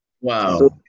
Wow